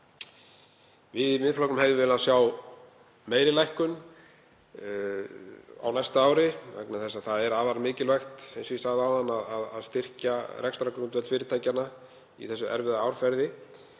Við í Miðflokknum hefðum viljað sjá meiri lækkun á næsta ári vegna þess að það er afar mikilvægt, eins og ég sagði áðan, að styrkja rekstrargrundvöll fyrirtækjanna í þessu erfiða árferði